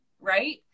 Right